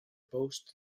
boasts